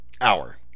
hour